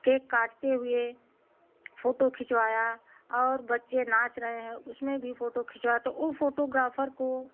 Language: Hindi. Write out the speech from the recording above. केक काटते हुए फोटो खिंचवाया और बच्चे नाच रहे हैं उसमें भी फोटो खींचवाया तो उस फोटोग्राफर को